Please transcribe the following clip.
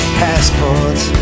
passports